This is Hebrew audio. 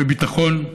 וביטחון,